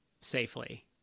safely